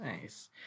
Nice